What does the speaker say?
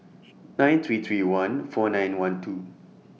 nine three three one four nine one two